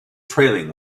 trailing